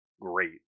great